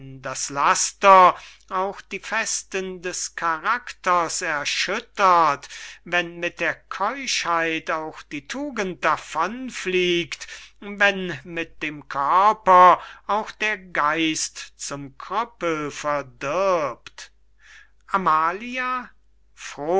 das laster auch die festen des karakters erschüttert wenn mit der keuschheit auch die tugend davon fliegt wie der duft aus der welken rose verdampft wenn mit dem körper auch der geist zum krüppel verdirbt amalia